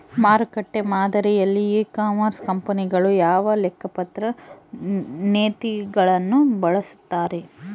ಮಾರುಕಟ್ಟೆ ಮಾದರಿಯಲ್ಲಿ e commerce ಕಂಪನಿಗಳು ಯಾವ ಲೆಕ್ಕಪತ್ರ ನೇತಿಗಳನ್ನು ಬಳಸುತ್ತಾರೆ?